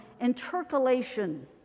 intercalation